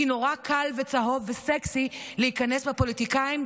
כי נורא קל וצהוב וסקסי להיכנס בפוליטיקאים,